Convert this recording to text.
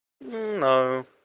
No